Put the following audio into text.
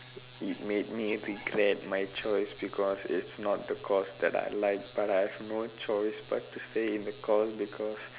made me regret my choice because it is not the course that I like but I have no choice but to stay in the course because